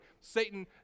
Satan